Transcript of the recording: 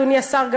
אדוני השר,